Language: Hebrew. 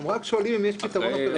הם רק שואלים אם יש פתרון אופרטיבי או לא.